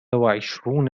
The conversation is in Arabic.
وعشرون